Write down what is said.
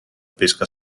pesca